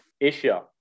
Asia